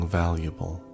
valuable